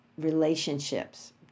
relationships